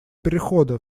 перехода